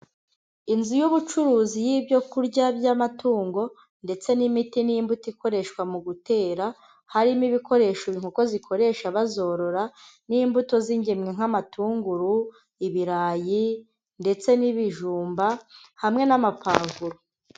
Inzu y'ubucuruzi y'ibyokurya by'amatungo. Ndetse n'imiti n'imbuto ikoreshwa mu gutera. Harimo ibikoresho inkoko zikoresha bazorora. N'imbuto z'ingemwe nk'amatunguru, ibirayi ndetse n'ibijumba, hamwe n'amapavuro.